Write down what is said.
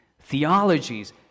theologies